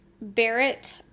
Barrett